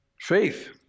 Faith